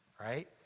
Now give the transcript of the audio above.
Right